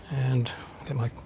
and get my